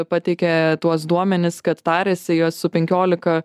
pateikė tuos duomenis kad tarėsi jos su penkiolika